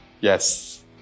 Yes